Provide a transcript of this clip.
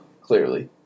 clearly